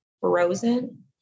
frozen